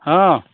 ହଁ